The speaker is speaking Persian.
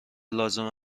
لازم